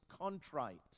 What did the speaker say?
contrite